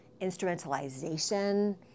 instrumentalization